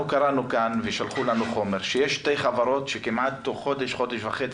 אנחנו קראנו כאן ושלחו לנו חומר שיש שתי חברות שכמעט תוך חודש-חודש וחצי